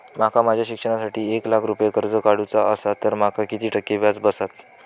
माका माझ्या शिक्षणासाठी एक लाख रुपये कर्ज काढू चा असा तर माका किती टक्के व्याज बसात?